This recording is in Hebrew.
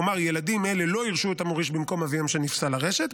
כלומר ילדים אלה לא יירשו את המוריש במקום אביהם שנפסל לרשת,